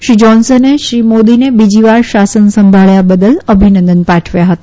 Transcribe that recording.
શ્રી જાન્શને શ્રી મોદીને બીજીવાર શાસન સંભાળ્યા બદલ અભિનંદન પાઠવ્યા હતા